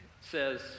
says